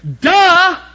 Duh